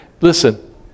Listen